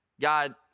God